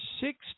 six